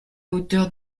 hauteur